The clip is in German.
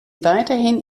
weiterhin